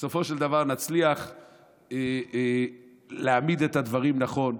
ובסופו של דבר נצליח להעמיד את הדברים נכון,